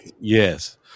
Yes